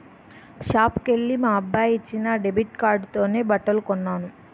షాపుకెల్లి మా అబ్బాయి ఇచ్చిన డెబిట్ కార్డుతోనే బట్టలు కొన్నాను